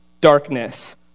darkness